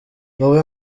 wowe